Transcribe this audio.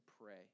pray